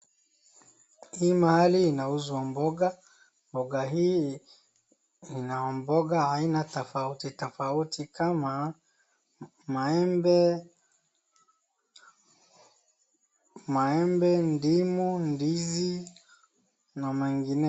Hii mahali inauzwa mboga. Mboga hii ina mboga aina tofauti tofauti kama maembe, maembe, ndimu, ndizi na mengineo.